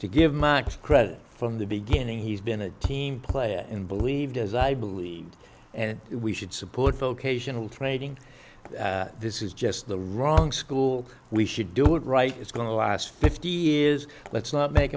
credit from the beginning he's been a team player and believed as i believe we should support vocational training this is just the wrong school we should do it right it's going to last fifty years let's not make